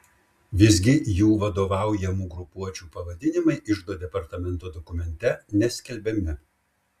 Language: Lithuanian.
visgi jų vadovaujamų grupuočių pavadinimai iždo departamento dokumente neskelbiami